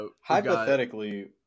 hypothetically